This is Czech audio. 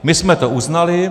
My jsme to uznali.